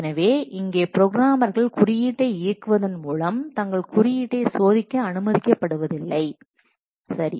எனவே இங்கே ப்ரோக்ராமர்கள் குறியீட்டை இயக்குவதன் மூலம் தங்கள் குறியீட்டை சோதிக்க அனுமதிக்கப்படுவதில்லை சரி